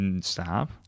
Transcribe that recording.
stop